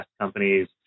companies